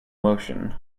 motion